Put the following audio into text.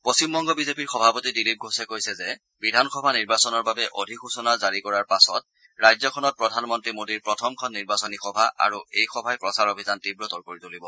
Paschimbanga BJP সভাপতি দিলীপ ঘোষে কৈছে যে বিধানসভা নিৰ্বাচনৰ বাবে অধিসূচনা জাৰি কৰাৰ পাছত ৰাজ্যখনত প্ৰধানমন্ত্ৰী মোদীৰ প্ৰথমখন নিৰ্বাচনী সভা আৰু এই সভাই প্ৰচাৰ অভিযান তীৱতৰ কৰি তূলিব